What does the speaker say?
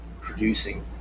producing